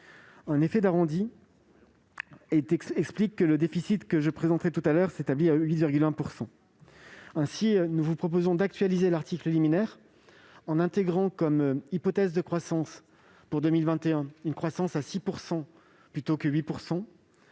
Un effet d'arrondi explique que le déficit que je présenterai ultérieurement s'établisse à 8,1 %. Ainsi, nous vous proposons d'actualiser l'article liminaire en intégrant comme hypothèse de croissance pour 2021 une croissance à 6 %, plutôt que 8